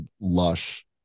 lush